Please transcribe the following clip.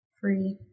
Free